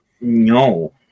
No